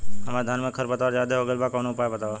हमरे धान में खर पतवार ज्यादे हो गइल बा कवनो उपाय बतावा?